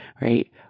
right